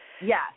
Yes